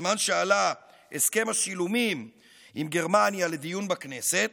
בזמן שעלה הסכם השילומים עם גרמניה לדיון בכנסת,